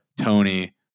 Tony